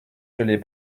j’allais